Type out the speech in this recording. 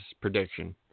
prediction